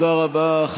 תודה רבה.